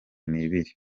nibiri